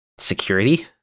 Security